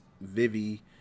Vivi